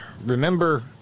remember